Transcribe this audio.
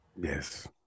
Yes